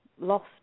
lost